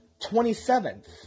27th